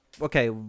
Okay